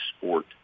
sport